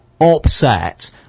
upset